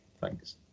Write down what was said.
Thanks